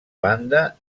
banda